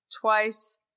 twice